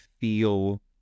feel